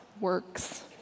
works